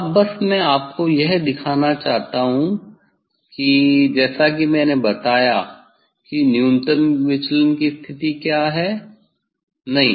अब बस मैं आपको यह दिखाना चाहता हूं कि जैसा कि मैंने बताया कि न्यूनतम विचलन की स्थिति क्या है नहीं